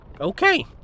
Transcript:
Okay